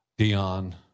Dion